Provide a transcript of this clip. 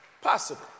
possible